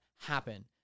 happen